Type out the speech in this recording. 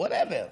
whatever,